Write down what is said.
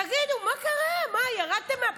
תגידו, מה קרה, ירדתם מהפסים?